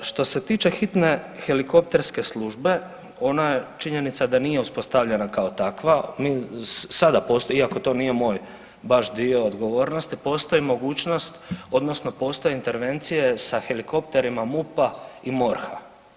Što se tiče hitne helikopterske službe, činjenica da nije uspostavljena kao takva sada postoji, iako to nije moj baš dio odgovornosti postoji mogućnost, odnosno postoje intervencije sa helikopterima MUP-s i MORH-a.